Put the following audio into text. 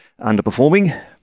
underperforming